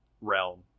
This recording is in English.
realm